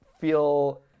feel